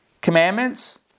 commandments